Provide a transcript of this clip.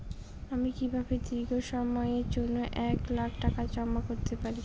আমি কিভাবে দীর্ঘ সময়ের জন্য এক লাখ টাকা জমা করতে পারি?